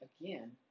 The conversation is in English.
again